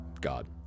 God